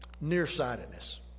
nearsightedness